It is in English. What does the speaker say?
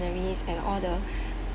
and all the